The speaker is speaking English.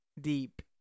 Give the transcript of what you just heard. deep